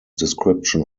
description